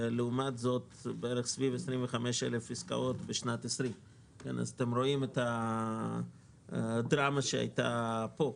וסביב 25,000 עסקאות בשנת 2020. אתם רואים את הדרמה שהייתה פה,